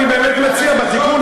אני באמת מציע בתיקון,